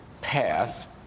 path